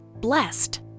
blessed